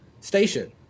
station